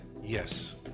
Yes